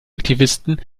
aktivisten